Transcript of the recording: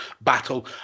Battle